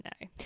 No